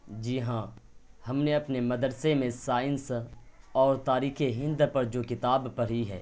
جی ہاں ہم نے اپنے مدرسے میں سائنس اور تاریخ ہند پر جو کتاب پڑھی ہے